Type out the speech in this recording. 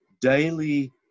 daily